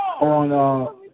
on